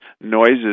noises